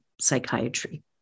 psychiatry